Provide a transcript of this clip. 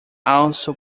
also